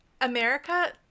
America